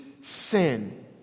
sin